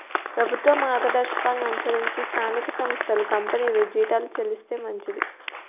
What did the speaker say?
ప్రభుత్వ మార్గదర్శకాలను అనుసరించి స్థానిక సంస్థలు కంపెనీలు జీతాలు చెల్లిస్తే మంచిది